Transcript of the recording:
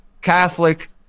Catholic